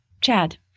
Chad